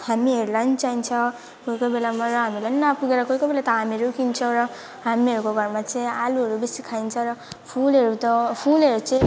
हामीहरूलाई पनि चाहिन्छ कोही कोही बेला हामीलाई पनि नपुगेर कोही कोही बेला त हामीहरू नि किन्छौँ र हामीहरूको घरमा चाहिँ आलुहरू बेसी खाइन्छ र फुलहरू त फुलहरू चाहिँ